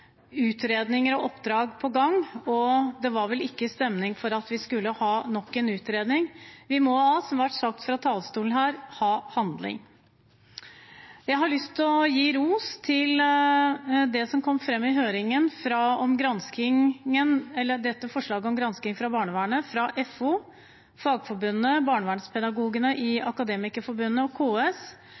utredninger og oppdrag på gang, og det var vel ikke stemning for at vi skulle ha nok en utredning. Vi må, som det har vært sagt fra talerstolen, ha handling. Jeg har lyst til å gi ros til FO, Fagforbundet, Barnevernspedagogene i Akademikerforbundet og KS for det som kom fram i høringen om forslaget om gransking av barnevernet.